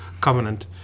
covenant